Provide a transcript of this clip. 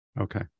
Okay